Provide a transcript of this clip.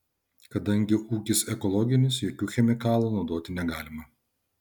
kadangi ūkis ekologinis jokių chemikalų naudoti negalima